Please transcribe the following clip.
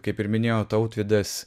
kaip ir minėjo tautvydas